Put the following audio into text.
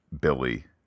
Billy